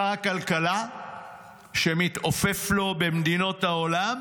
שר הכלכלה מתעופף לו במדינות העולם